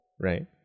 right